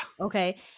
okay